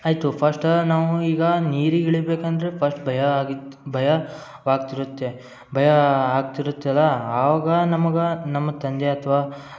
ಆಯಿತು ಫಸ್ಟ್ ನಾವು ಈಗ ನೀರಿಗೆ ಇಳಿಬೇಕಂದರೆ ಫಸ್ಟ್ ಭಯ ಆಗಿತ್ತು ಭಯ ಆಗ್ತಿರುತ್ತೆ ಭಯ ಆಗ್ತಿರುತ್ತೆಲ್ಲ ಆವಾಗ ನಮಗೆ ನಮ್ಮ ತಂದೆ ಅಥ್ವ